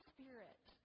Spirit